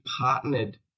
partnered